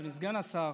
אדוני סגן השר,